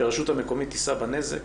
שרשות מקומית תישא בנזק.